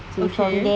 okay